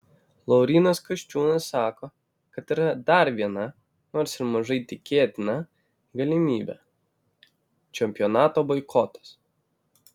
laurynas kasčiūnas sako kad yra dar viena nors ir mažai tikėtina galimybė čempionato boikotas